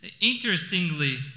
Interestingly